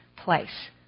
place